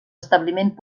establiment